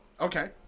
Okay